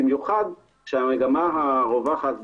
במיוחד שהמגמה הרווחת,